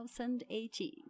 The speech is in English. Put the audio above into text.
2018